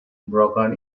broken